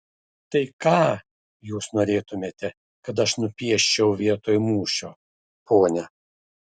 tai ką jūs norėtumėte kad aš nupieščiau vietoj mūšio ponia